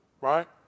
right